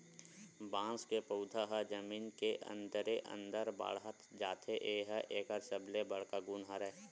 बांस के पउधा ह जमीन के अंदरे अंदर बाड़हत जाथे ए ह एकर सबले बड़का गुन हरय